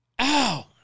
Ow